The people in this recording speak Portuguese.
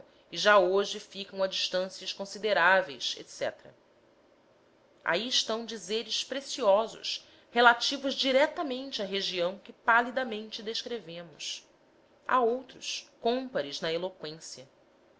e já hoje ficam a distâncias consideráveis etc aí estão dizeres preciosos relativos diretamente à região que palidamente descrevemos há outros cômpares na eloqüência